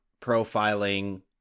profiling